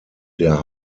der